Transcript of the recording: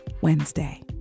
Wednesday